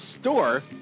store